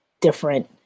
different